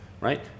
Right